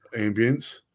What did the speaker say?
ambience